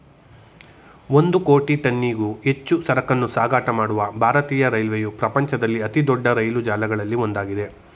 ಒಂದು ಕೋಟಿ ಟನ್ನಿಗೂ ಹೆಚ್ಚು ಸರಕನ್ನೂ ಸಾಗಾಟ ಮಾಡುವ ಭಾರತೀಯ ರೈಲ್ವೆಯು ಪ್ರಪಂಚದಲ್ಲಿ ಅತಿದೊಡ್ಡ ರೈಲು ಜಾಲಗಳಲ್ಲಿ ಒಂದಾಗಿದೆ